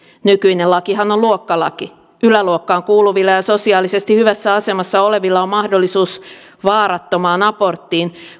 nykyinen lakihan on luokkalaki yläluokkaan kuuluvilla ja sosiaalisesti hyvässä asemassa olevilla on mahdollisuus vaarattomaan aborttiin